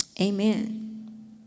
Amen